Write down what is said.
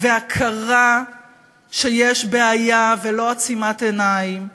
והכרה בכך שיש בעיה ולא עצימת עיניים,